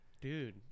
Dude